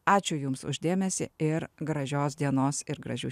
ačiū jums už dėmesį ir gražios dienos ir gražių